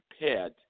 prepared